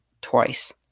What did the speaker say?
twice